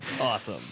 Awesome